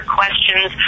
questions